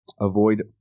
Avoid